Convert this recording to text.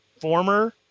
former